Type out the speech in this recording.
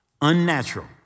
unnatural